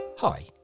Hi